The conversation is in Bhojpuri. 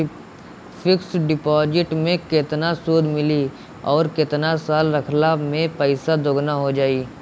फिक्स डिपॉज़िट मे केतना सूद मिली आउर केतना साल रखला मे पैसा दोगुना हो जायी?